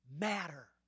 matter